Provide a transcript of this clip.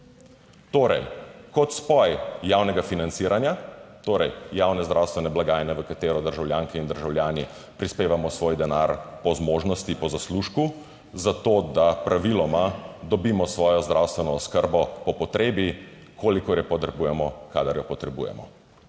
Torej, kot spoj javnega financiranja, torej javne zdravstvene blagajne, v katero državljanke in državljani prispevamo svoj denar po zmožnosti, po zaslužku, za to, da praviloma dobimo svojo zdravstveno oskrbo po potrebi, kolikor je potrebujemo, kadar jo potrebujemo.